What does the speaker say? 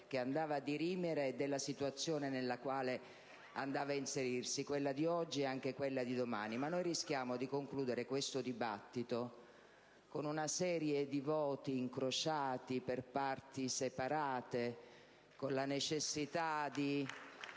che andava a dirimere e della situazione nella quale andava a inserirsi, quella di oggi ed anche quella di domani. Ma noi rischiamo di concludere questo dibattito con una serie di voti incrociati, per parti separate *(Applausi dal